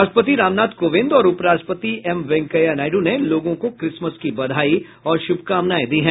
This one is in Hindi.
राष्ट्रपति रामनाथ कोविंद और उप राष्ट्रपति एम वेंकैया नायडू ने लोगों को क्रिसमस की बधाई और श्रभकामनाएं दी हैं